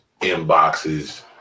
inboxes